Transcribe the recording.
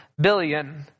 Billion